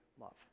love